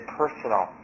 personal